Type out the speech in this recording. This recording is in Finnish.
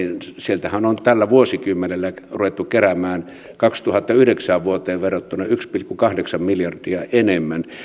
sieltähän on on tällä vuosikymmenellä ruvettu keräämään vuoteen kaksituhattayhdeksän verrattuna yksi pilkku kahdeksan miljardia enemmän